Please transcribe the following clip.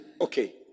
Okay